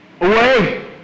Away